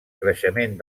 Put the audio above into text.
creixement